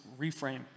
reframe